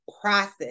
process